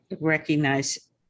recognize